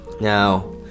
now